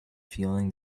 feeling